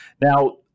Now